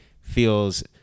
feels